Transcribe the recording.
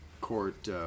court